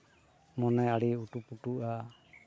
ᱢᱚᱱᱮ ᱟᱹᱰᱤ ᱚᱴᱩ ᱯᱚᱴᱩᱜᱼᱟ